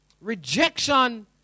Rejection